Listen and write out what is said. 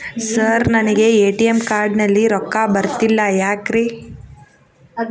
Sir ನನಗೆ ATM card ನಲ್ಲಿ ರೊಕ್ಕ ಬರತಿಲ್ಲ ಯಾಕ್ರೇ?